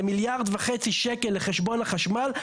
זה מיליארד וחצי שקלים לחשבון החשמל.